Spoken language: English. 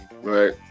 right